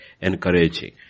Encouraging